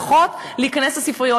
לפחות להיכנס לספריות.